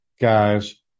guys